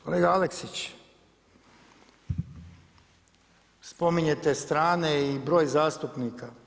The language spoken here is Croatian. Kolega Aleksić, spominjete strane i broj zastupnika.